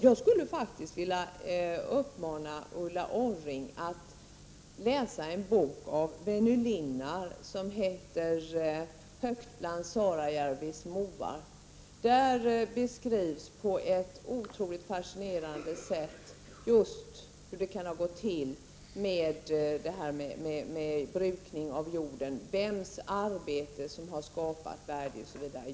Jag skulle faktiskt vilja uppmana Ulla Orring att läsa en bok av Väinö Linna som heter Högt bland Saarijärvis moar. Där beskrivs på ett otroligt fascinerande sätt just hur det kan ha gått till med brukandet av jorden, vems arbete som har skapat värdena osv.